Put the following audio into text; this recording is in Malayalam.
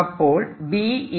അപ്പോൾ B F qv